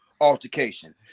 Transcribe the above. altercation